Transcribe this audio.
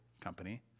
company